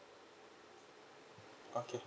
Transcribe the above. okay